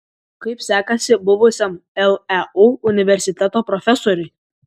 kaip sekasi buvusiam leu universiteto profesoriui